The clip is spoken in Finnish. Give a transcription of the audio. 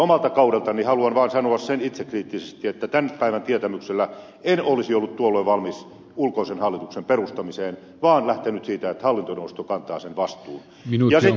omalta kaudeltani haluan vaan sanoa sen itsekriittisesti että tämän päivän tietämyksellä en olisi ollut tuolloin valmis ulkoisen hallituksen perustamiseen vaan lähtenyt siitä että hallintoneuvosto kantaa sen vastuun